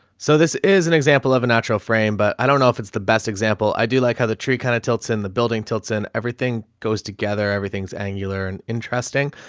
so this is an example of a natural frame, but i don't know if it's the best example i do. like how the tree kind of tilts in the building tilton, everything goes together, everything's angular and interesting.